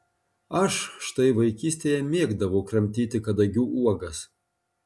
aš štai vaikystėje mėgdavau kramtyti kadagių uogas